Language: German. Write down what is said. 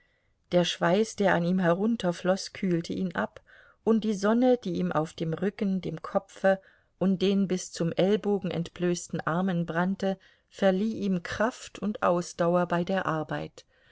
der schweiß der an ihm herunterfloß kühlte ihn ab und die sonne die ihm auf dem rücken dem kopfe und den bis zum ellbogen entblößten armen brannte verlieh ihm kraft und ausdauer bei der arbeit